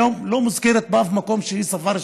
היום לא מוזכר באף מקום שהיא שפה רשמית.